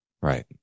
Right